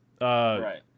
Right